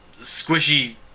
squishy